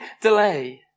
delay